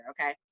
okay